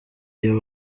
iyo